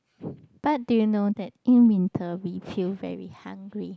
but do you know that in winter we feel very hungry